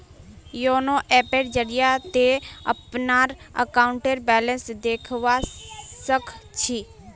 YONO ऐपेर जरिए ती अपनार अकाउंटेर बैलेंस देखवा सख छि